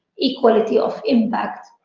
equality of impact.